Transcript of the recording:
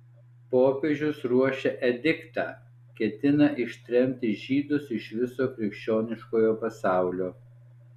popiežius ruošia ediktą ketina ištremti žydus iš viso krikščioniškojo pasaulio